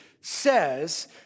Says